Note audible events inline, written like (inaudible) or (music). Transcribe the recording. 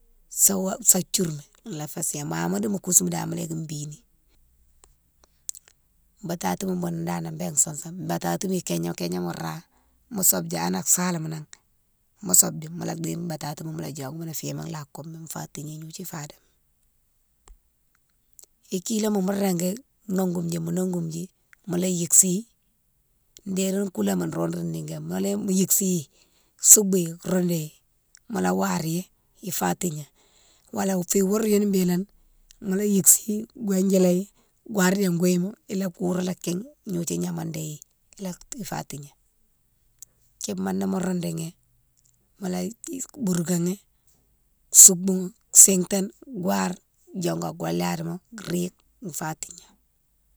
Sawa sa djour mi lafa séne ma modi mo kousimi dane mola yike bini. (noise) Batatima mounne dane bé sousoune, batatima ikégné kégné ra mo soube dji ala salama nan, mo soube dji mola déye batatima mola diongounan fima la kobe mi fa tigné gnodiou fa dokéni. Ikiloma mo régui nogoume dji, mo nougoume dji mola yig siyi dérine koulama nro ro nigoma, (unintelligible) mo yig siyi, souboughi roudoughi, mola ware ghi ifa tigné, wala fou woure younne béne lé mola yig siyi gouwindjéléghi kouware dji an gouilema ila kourou kig gnodiou yama déyine la ifa tigné. Kipma nimo roudoughi mola boukaghi, souboughi sintane ware diongou a koliyade ma rike fa tigné.